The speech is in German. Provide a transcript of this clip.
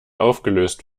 aufgelöst